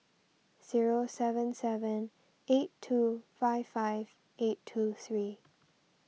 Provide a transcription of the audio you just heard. zero seven seven eight two five five eight two three